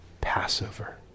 Passover